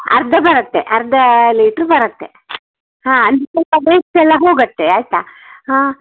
ಅರ್ಧ ಬರತ್ತೆ ಅರ್ಧ ಲೀಟ್ರು ಬರತ್ತೆ ಹಾಂ ಅಲ್ಲಿ ಸ್ವಲ್ಪ ವೇಸ್ಟ್ ಎಲ್ಲ ಹೋಗತ್ತೆ ಆಯಿತಾ ಹಾಂ